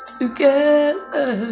together